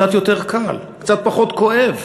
קצת יותר קל, קצת פחות כואב,